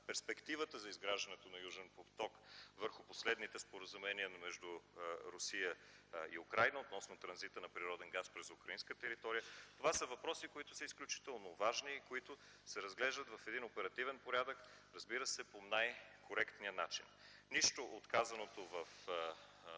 перспективата за изграждането на „Южен поток” върху последните споразумения между Русия и Украйна относно транзита на природен газ през украинска територия. Това са въпроси, които са изключително важни и които се разглеждат в един оперативен порядък, разбира се, по най-коректния начин. Нищо от казаното от